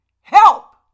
help